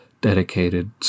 dedicated